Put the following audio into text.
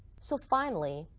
so finally,